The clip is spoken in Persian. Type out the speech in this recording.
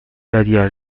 دادیا